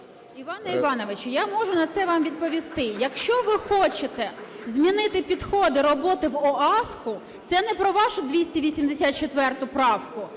Іване Івановичу, я можу на це вам відповісти. Якщо ви хочете змінити підходи роботи по ОАСК, це не про вашу 284 правку,